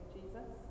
Jesus